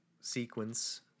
sequence